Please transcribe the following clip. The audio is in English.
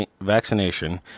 vaccination